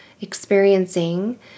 experiencing